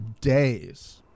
days